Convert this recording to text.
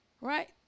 right